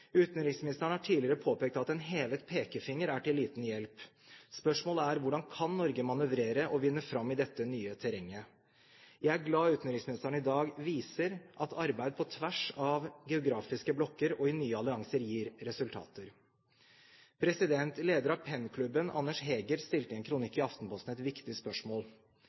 Utenriksministeren har tidligere påpekt at en hevet pekefinger er til liten hjelp. Spørsmålet er: Hvordan kan Norge manøvrere og vinne fram i dette nye terrenget? Jeg er glad for at utenriksministeren i dag viser at arbeid på tvers av geografiske blokker og i nye allianser gir resultater. Leder av PEN-klubben, Anders Heger, stilte i en kronikk i Aftenposten et viktig spørsmål: